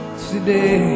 today